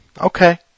Okay